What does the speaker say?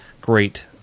Great